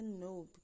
no